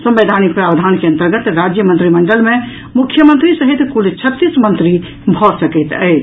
संवैधानिक प्रावधान के अंतर्गत राज्य मंत्रिमंडल मे मुख्यमंत्री सहित कुल छत्तीस मंत्री भऽ सकैत अछि